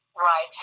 right